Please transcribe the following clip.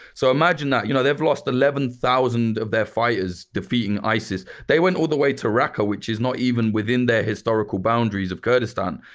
so imagine that, you know they've lost eleven thousand of their fighters defeating isis. they went all the way to raqqa, which is not even within their historical boundaries of kurdistan,